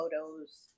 photos